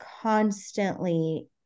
constantly